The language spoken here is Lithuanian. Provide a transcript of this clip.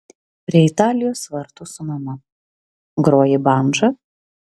prie italijos vartų su mama groji bandža